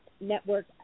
network